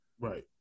Right